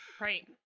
Right